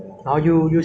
然后就后悔 lor